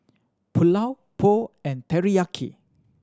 Pulao Pho and Teriyaki